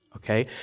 Okay